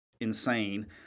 insane